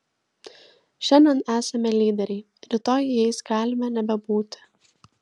šiandien esame lyderiai rytoj jais galime nebebūti